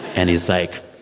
and he's like,